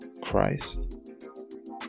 christ